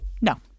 No